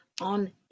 on